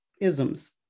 isms